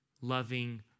loving